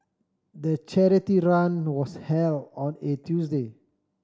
the charity run was held on a Tuesday